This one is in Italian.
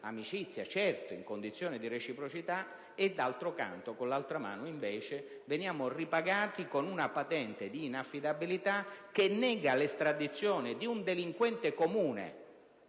amicizia in condizioni di reciprocità, e con l'altra mano, invece, venire ripagati con una patente di inaffidabilità che nega l'estradizione di un delinquente comune.